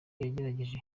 nawe